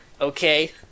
Okay